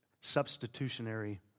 substitutionary